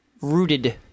rooted